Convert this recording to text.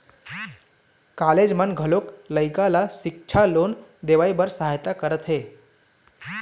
college मन घलोक लइका ल सिक्छा लोन देवाए बर सहायता करत हे